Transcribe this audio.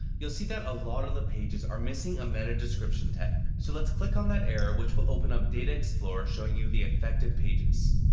you'll see that a lot of the pages are missing a meta description tag. so let's click on that error, which will open up data explorer showing you the affected pages.